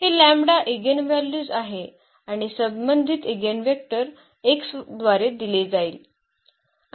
हे lambda eigenvalues आहे आणि संबंधित ईगेनवेक्टर x द्वारे दिले जाईल